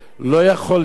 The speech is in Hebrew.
לא יכול להיות